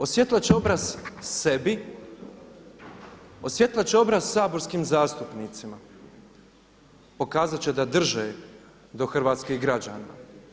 Osvjetlat će obraz sebi, osvjetlat će obraz saborskim zastupnicima, pokazat će da drže do hrvatskih građana.